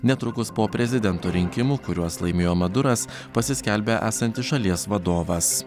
netrukus po prezidento rinkimų kuriuos laimėjo maduras pasiskelbė esantis šalies vadovas